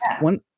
one